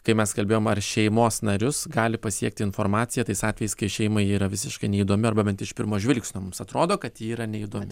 kai mes kalbėjom ar šeimos narius gali pasiekti informacija tais atvejais kai šeimai ji yra visiškai neįdomi arba bent iš pirmo žvilgsnio mums atrodo kad ji yra neįdomi